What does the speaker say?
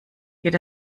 geht